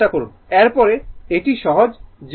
এরপরে একটি সহজ জিনিস নিন